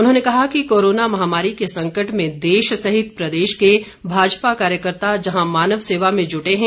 उन्होंने कहा कि कोरोना महामारी के संकट में देश सहित प्रदेश के भाजपा कार्यकर्ता जहां मानव सेवा में जुटे हैं